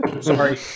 Sorry